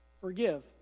Forgive